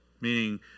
meaning